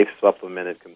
Supplemented